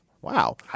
Wow